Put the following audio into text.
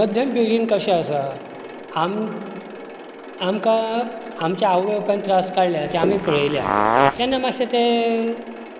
मध्यम पिळगीन कशें आसा आम आमकां आमच्या आवय बापायन त्रास काडल्या ते आमी पळयल्या तेन्ना मातशे ते